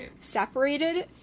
separated